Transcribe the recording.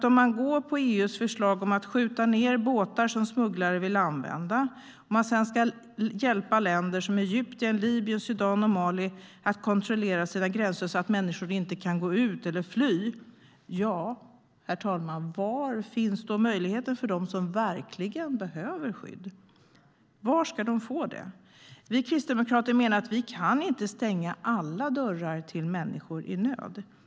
Om man går på EU:s förslag om att skjuta ned båtar som smugglare vill använda och om man sedan ska hjälpa länder som Egypten, Libyen, Sudan och Mali att kontrollera sina gränser så att människor inte kan gå ut eller fly undrar jag, herr talman: Var finns möjligheten för dem som verkligen behöver skydd? Var ska de få det? Vi kristdemokrater menar att vi inte kan stänga alla dörrar för människor i nöd.